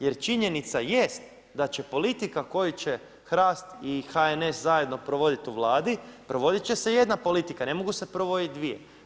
Jer činjenica jest da će politika koju će HRAST i HNS zajedno provoditi u Vladi, provodit će jedna politika ne mogu se provoditi dvije.